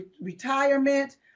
retirement